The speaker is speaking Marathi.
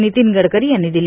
नितीन गडकरी यांनी दिली